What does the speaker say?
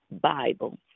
bible